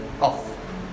off